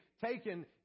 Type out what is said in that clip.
taken